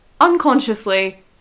unconsciously